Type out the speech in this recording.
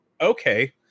okay